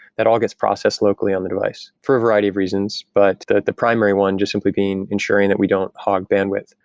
that all gets processed locally on the device for a variety of reasons, but the the primary one just simply ensuring that we don't hog bandwidth.